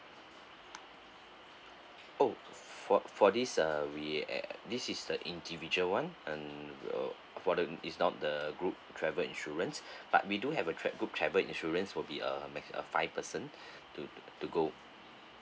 oh for for this uh we ac~ this is the individual one uh will for the is not the group travel insurance but we do have a chat group travel insurance will be a maxi~ uh five person to to go